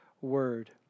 word